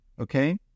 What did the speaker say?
Okay